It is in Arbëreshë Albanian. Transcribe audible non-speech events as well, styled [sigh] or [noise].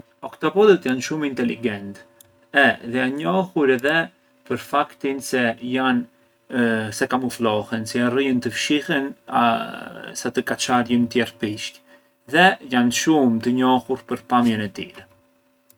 Oktopodhët janë shumë inteligentë e janë njohur edhe për faktin se janë [hesitation] se kamuflohen, se jarrëjën të fshihen sa të kaçarjën tjerë pishqë, dhe janë shumë të njohur për pamjen e tyre.